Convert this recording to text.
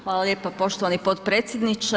Hvala lijepa poštovani potpredsjedniče.